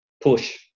push